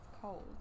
cold